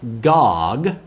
Gog